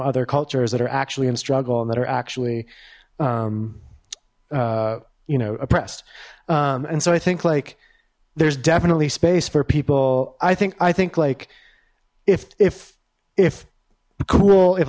other cultures that are actually in struggle and that are actually you know oppressed and so i think like there's definitely space for people i think i think like if if if cool i